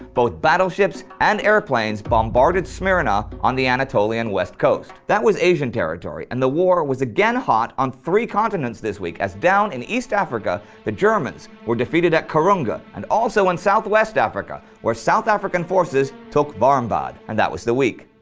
both battleships and airplanes bombarded smyrna, on the anatolian west coast. that was asian territory, and the war was again hot on three continents this week, as down in east africa the germans were defeated at karunga and also in southwest africa, where south african forces took warmbad. and that was the week.